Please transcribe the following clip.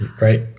right